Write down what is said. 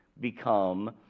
become